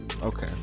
Okay